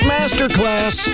Masterclass